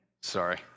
Sorry